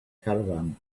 caravan